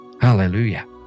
Hallelujah